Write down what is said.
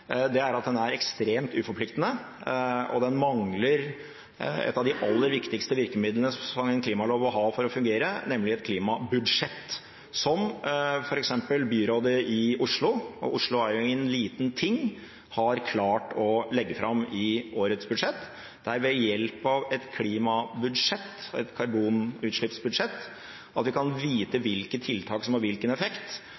– er at den er ekstremt uforpliktende, og den mangler et av de aller viktigste virkemidlene som en klimalov må ha for å fungere, nemlig et klimabudsjett, som f.eks. byrådet i Oslo, og Oslo er ingen liten ting, har klart å legge fram i årets budsjett. Det er ved hjelp av klimabudsjett, et karbonutslippsbudsjett, vi kan vite